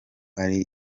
ari